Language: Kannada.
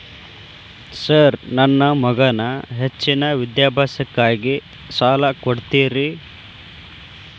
ಸರ್ ನನ್ನ ಮಗನ ಹೆಚ್ಚಿನ ವಿದ್ಯಾಭ್ಯಾಸಕ್ಕಾಗಿ ಸಾಲ ಕೊಡ್ತಿರಿ?